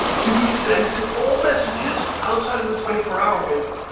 to be sent to all messages outside of the twenty four hour window.